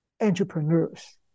entrepreneurs